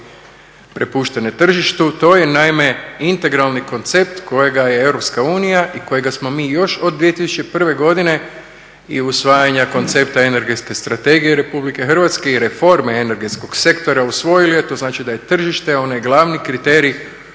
prepuštene tržištu. To je naime integralni koncept kojega je EU i kojega smo mi još od 2001.godine i usvajanja koncepta Energetske strategije RH i reforme energetskog sektora usvojili, a to znači da je tržište onaj glavni kriterij